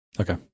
Okay